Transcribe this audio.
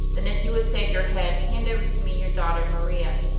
then if you would save your head, hand over to me your daughter maria